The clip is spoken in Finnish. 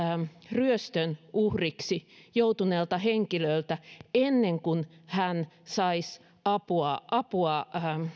ryöstön uhriksi joutuneelta henkilöltä ennen kuin hän saisi apua apua